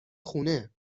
خونه